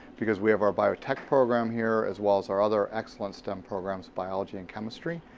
because we have our biotech program here as well as our other excellent stem programs biology and chemistry,